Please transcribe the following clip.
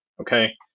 Okay